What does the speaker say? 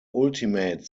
ultimate